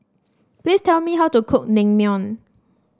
please tell me how to cook Naengmyeon